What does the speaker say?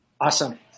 Awesome